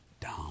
down